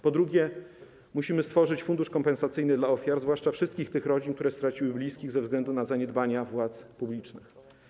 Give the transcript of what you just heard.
Po drugie, musimy stworzyć fundusz kompensacyjny dla ofiar, zwłaszcza wszystkich tych rodzin, które straciły bliskich ze względu na zaniedbania władz publicznych.